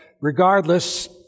regardless